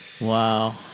Wow